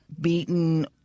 beaten